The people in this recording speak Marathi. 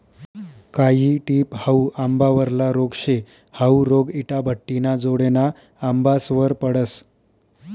कायी टिप हाउ आंबावरला रोग शे, हाउ रोग इटाभट्टिना जोडेना आंबासवर पडस